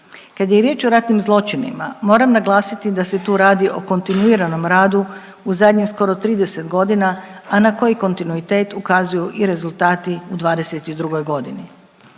Kad je riječ o ratnim zločinima moram naglasiti da se tu radi o kontinuiranom radu u zadnjih skoro 30 godina, a na koji kontinuitet ukazuju i rezultati u '22. godini.